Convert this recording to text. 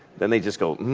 then they just go,